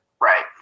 Right